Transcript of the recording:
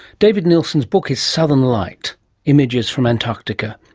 david neilson's book is southern light images from antarctica.